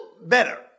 better